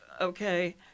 okay